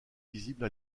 visibles